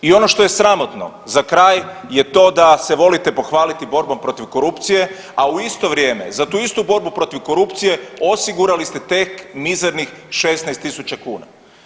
I ono što je sramotno za kraj je to da se volite pohvaliti borbom protiv korupcije, a u isto vrijeme za tu istu borbu protiv korupcije osigurali ste tek mizernih 16 tisuća kuna.